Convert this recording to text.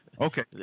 okay